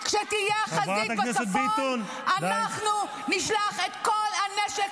כשתהיה החזית בצפון ----- חברת הכנסת